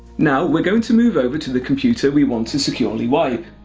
now we're going to move over to the computer we want to securely wipe.